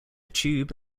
tube